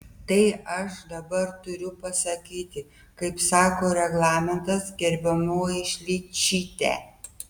tai aš dabar turiu pasakyti kaip sako reglamentas gerbiamoji šličyte